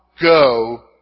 go